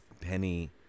Penny